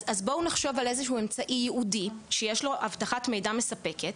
אז בואו נחשוב על איזה שהוא מכשיר ייעודי שיש לו אבטחת מידע מספקת,